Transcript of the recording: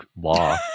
law